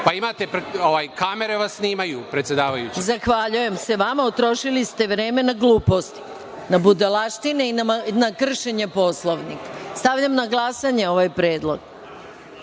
Pa, kamere vas snimaju predsedavajuća. **Maja Gojković** Zahvaljujem se vama, potrošili ste vreme na gluposti, na budalaštine i na kršenje Poslovnika. Stavljam na glasanje ovaj Predlog. Nema